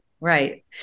Right